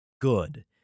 Good